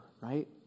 Right